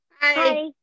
Hi